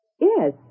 Yes